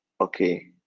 okay